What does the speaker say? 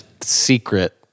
secret